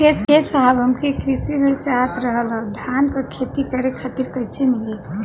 ए साहब हमके कृषि ऋण चाहत रहल ह धान क खेती करे खातिर कईसे मीली?